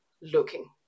looking